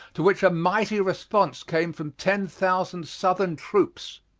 to which a mighty response came from ten thousand southern troops.